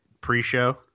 pre-show